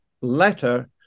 letter